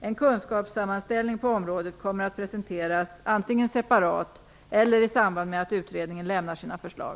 En kunskapssammanställning på området kommer att presenteras antingen separat eller i samband med att utredningen lämnar sina förslag.